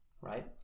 right